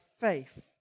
faith